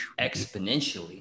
exponentially